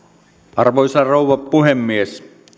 arvoisa rouva puhemies